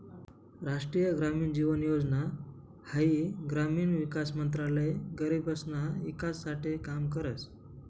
राष्ट्रीय ग्रामीण जीवन योजना हाई ग्रामीण विकास मंत्रालय गरीबसना ईकास साठे काम करस